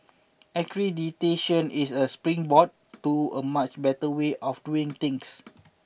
accreditation is a springboard to a much better way of doing things